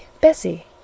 Bessie